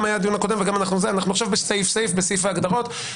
בסעיף ההגדרות.